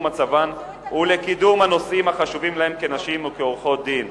מצבן ולקידום הנושאים החשובים להן כנשים וכעורכות-דין.